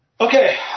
Okay